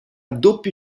doppio